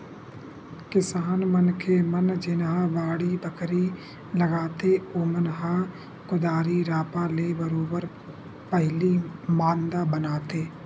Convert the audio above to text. किसान मनखे मन जेनहा बाड़ी बखरी लगाथे ओमन ह कुदारी रापा ले बरोबर पहिली मांदा बनाथे